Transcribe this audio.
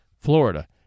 Florida